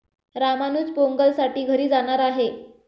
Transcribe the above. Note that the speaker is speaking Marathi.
रामानुज पोंगलसाठी घरी जाणार आहे